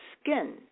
skin